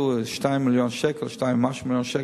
2 או 2 ומשהו מיליוני שקלים,